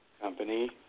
Company